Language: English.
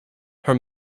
her